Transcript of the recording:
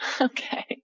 Okay